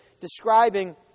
describing